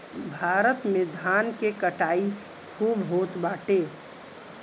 भारत में धान के कटाई खूब होत बाटे